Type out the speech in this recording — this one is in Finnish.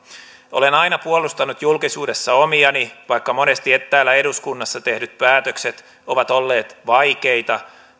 olen aina puolustanut julkisuudessa omiani vaikka monesti täällä eduskunnassa tehdyt päätökset ovat olleet vaikeita